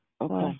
Okay